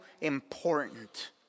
important